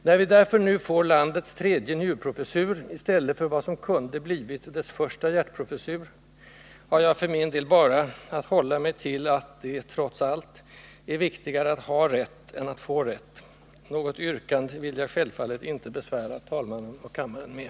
När vi därför nu får landets tredje njurprofessur i stället för vad som kunde blivit dess första hjärtprofessur, har jag för min del bara att hålla mig till att det trots allt är viktigare att ha rätt än att få rätt. Något yrkande vill jag självfallet inte besvära talmannen och kammaren med.